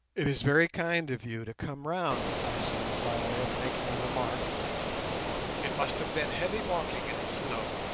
it is very kind of you to come round i said by way of making a remark it must have been heavy walking in the snow